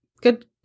good